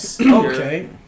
Okay